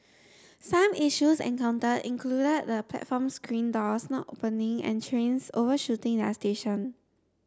some issues encountered included the platform screen doors not opening and trains overshooting their station